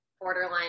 borderline